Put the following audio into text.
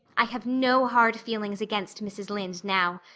i have no hard feelings against mrs. lynde now.